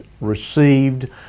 received